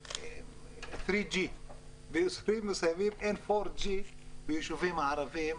עדיין 3G. בעוספייה ומסביב, אין4G בישובים הערבים.